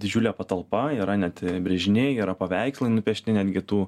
didžiulė patalpa yra net brėžiniai yra paveikslai nupiešti netgi tų